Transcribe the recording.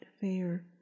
fair